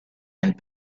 and